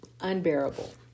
unbearable